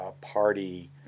party